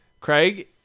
Craig